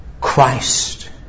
Christ